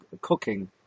cooking